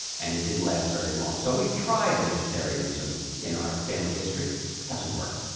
and it didn't last very long. so we've tried vegetarianism in our family history, it doesn't work.